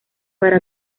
para